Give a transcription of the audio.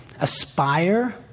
aspire